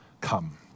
come